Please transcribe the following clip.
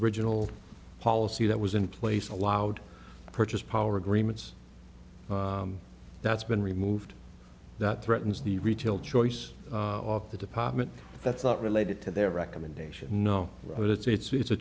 original policy that was in place allowed purchase power agreements that's been removed that threatens the retail choice of the department that's not related to their recommendation no but it's a